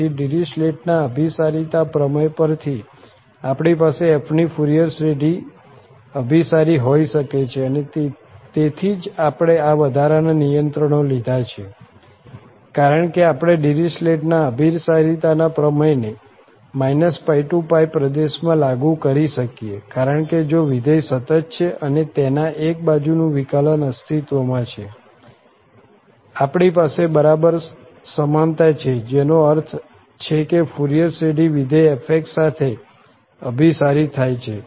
તેથી ડિરિચલેટના અભીસારિતા પ્રમેય પરથી આપણી પાસે f ની ફુરિયર શ્રેઢી અભિસારી હોઈ શકે છે અને તેથી જ આપણે આ વધારાના નિયંત્રણો લીધા છે કારણ કે આપણે ડિરિચલેટના અભીસારિતા પ્રમેયને ππ પ્રદેશમાં લાગુ કરી શકીએ છીએ કારણ કે જો વિધેય સતત છે અને તેના એક બાજુનું વિકલન અસ્તિત્વમાં છે આપણી પાસે બરાબર સમાનતા છે જેનો અર્થ છે કે ફુરિયર શ્રેઢી વિધેય f સાથે અભિસારી થાય છે